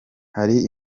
hari